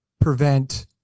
prevent